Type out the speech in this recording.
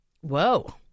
Whoa